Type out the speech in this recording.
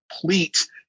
complete